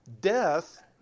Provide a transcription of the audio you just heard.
Death